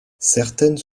certaines